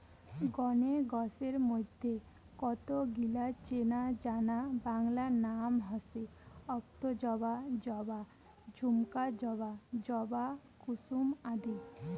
গণে গছের মইধ্যে কতগিলা চেনাজানা বাংলা নাম হসে অক্তজবা, জবা, ঝুমকা জবা, জবা কুসুম আদি